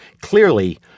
clearly